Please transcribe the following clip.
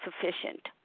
Sufficient